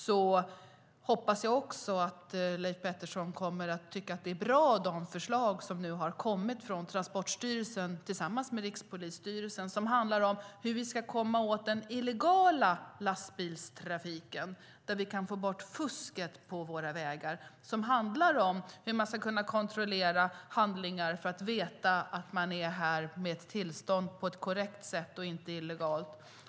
Då hoppas jag också att Leif Pettersson kommer att tycka att de förslag som nu har kommit från Transportstyrelsen, tillsammans med Rikspolisstyrelsen, är bra. Det handlar om hur vi ska komma åt den illegala lastbilstrafiken, så att vi kan få bort fusket på våra vägar. Det handlar om hur man ska kunna kontrollera handlingar för att veta att någon är här med ett tillstånd på ett korrekt sätt och inte illegalt.